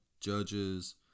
Judges